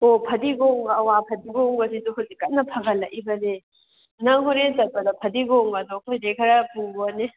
ꯍꯣ ꯐꯗꯤꯒꯣꯝꯒ ꯑꯋꯥꯐꯗꯤꯒꯣꯝꯒꯁꯤꯁꯨ ꯍꯧꯖꯤꯛ ꯀꯟꯅ ꯐꯒꯠꯂꯛꯏꯕꯅꯦ ꯅꯪ ꯍꯣꯔꯦꯟ ꯆꯠꯄꯗ ꯐꯗꯤꯒꯣꯝꯒꯗꯨ ꯑꯩꯈꯣꯏꯗꯩꯒꯤ ꯈꯔ ꯄꯨꯈꯣꯅꯦ